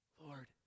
Lord